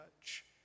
touch